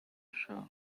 chat